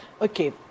Okay